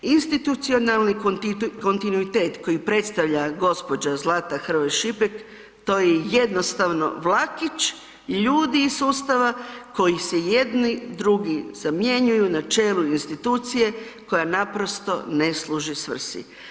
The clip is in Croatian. Institucionalni kontinuitet koji predstavlja gospođa Zlata Hrvoje Šipek to je jednostavno vlakić ljudi iz sustava koji se jedni drugi zamjenjuju na čelu institucije koja naprosto ne služi svrsi.